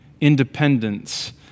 independence